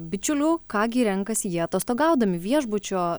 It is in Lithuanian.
bičiulių ką gi renkasi jie atostogaudami viešbučio